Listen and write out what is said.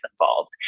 involved